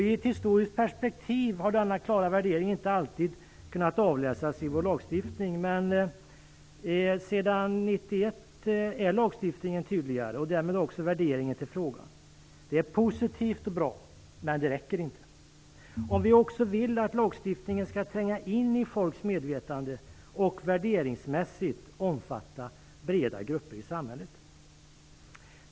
I ett historiskt perspektiv har denna tydliga värdering inte alltid kunnat avläsas i vår lagstiftning, men sedan 1991 är lagstiftningen tydligare och därmed också värderingen i frågan. Det är positivt och bra, men det räcker inte om vi också vill att lagstiftningen skall tränga in i folks medvetande och värderingsmässigt omfatta breda grupper i samhället.